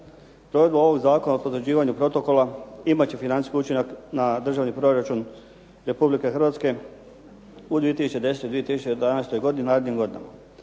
Provedba ovog zakona o potvrđivanju protokola imat će financijski učinak na Državni proračun Republike hrvatske u 2010., 2011. godini i narednim godinama.